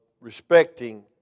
respecting